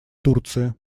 турции